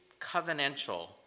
covenantal